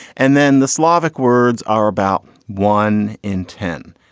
and then the slavic words are about one in ten.